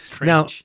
Now